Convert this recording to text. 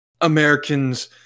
Americans